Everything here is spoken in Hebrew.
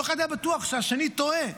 כל אחד היה בטוח שהשני טועה.